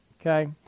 okay